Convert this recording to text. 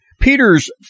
Peter's